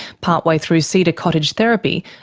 partway through cedar cottage therapy,